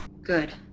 Good